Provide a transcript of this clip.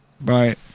Bye